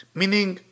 meaning